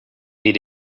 need